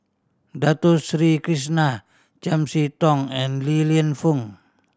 Dato Sri Krishna Chiam See Tong and Li Lienfung